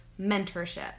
mentorship